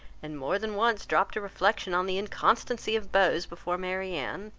and more than once dropt a reflection on the inconstancy of beaux before marianne,